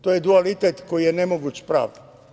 To je dualitet koji je nemoguć pravdi.